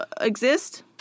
exist